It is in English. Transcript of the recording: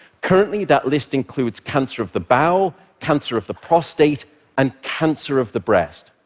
currently, that list includes cancer of the bowel, cancer of the prostate and cancer of the breast.